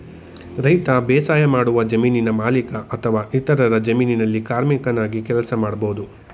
ರೈತ ಬೇಸಾಯಮಾಡುವ ಜಮೀನಿನ ಮಾಲೀಕ ಅಥವಾ ಇತರರ ಜಮೀನಲ್ಲಿ ಕಾರ್ಮಿಕನಾಗಿ ಕೆಲಸ ಮಾಡ್ಬೋದು